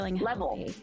level